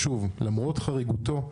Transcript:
למרות חריגותו,